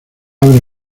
abre